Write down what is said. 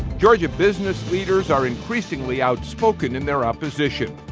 georgia business leaders are increasingly outspoken in their opposition.